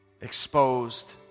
exposed